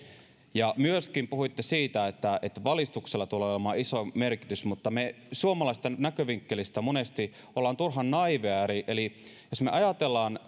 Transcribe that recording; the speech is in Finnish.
myöskin puhuitte siitä että että valistuksella tulee olemaan iso merkitys mutta me suomalaisten näkövinkkelistä monesti olemme turhan naiiveja eli jos me ajattelemme